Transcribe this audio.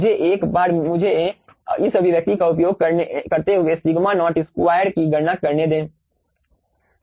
मुझे एक बार मुझे इस अभिव्यक्ति का उपयोग करते हुए सिग्मा नोट स्क्वायर की गणना करने दें